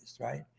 right